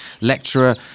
lecturer